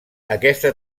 aquesta